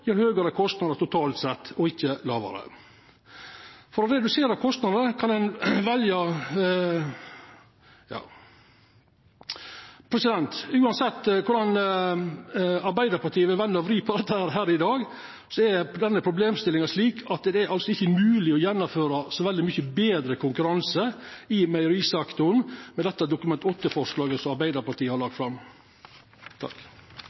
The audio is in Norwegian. gjev høgare kostnader totalt sett og ikkje lågare. Uansett korleis Arbeidarpartiet vil vri og venda på dette i dag, er denne problemstillinga slik at det ikkje er mogleg å gjennomføra så veldig mykje betre konkurranse i meierisektoren med det Dokument 8-forslaget som Arbeidarpartiet har